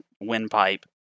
windpipe